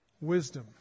Wisdom